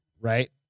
Right